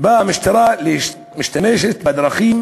באה המשטרה ומשתמשת בדרכים